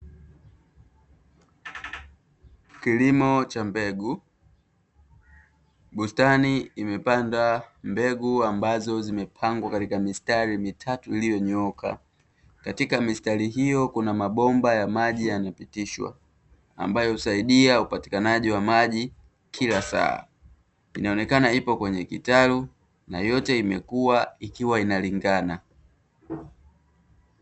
Kilimo cha mbegu. Bustani imepandwa mbegu ambazo zimepangwa katika mistari mitatu iliyo nyooka. Katika mistari hiyo kuna mabomba ya maji yamepitishwa, ambayo husaidia upatikanaji wa maji kila saa. Inaonekana ipo kwenye kitalu na yote imekuwa ikiwa inalingana.